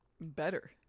better